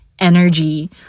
energy